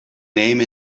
name